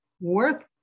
worth